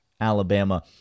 Alabama